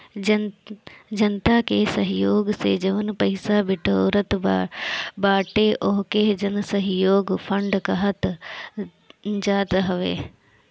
जनता के सहयोग से जवन पईसा बिटोरात बाटे ओके जनसहयोग फंड कहल जात हवे